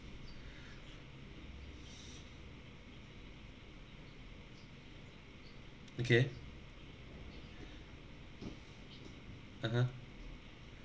okay (uh huh)